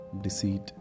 deceit